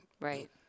Right